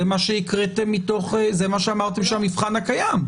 זה מה שאמרתם שהמבחן הקיים.